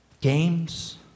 games